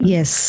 Yes